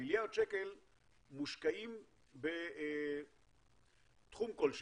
מיליארד השקלים מושקעים בתחום כלשהו,